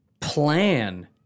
plan